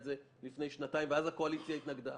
זה לפני שנתיים ואז הקואליציה התנגדה.